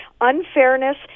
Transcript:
unfairness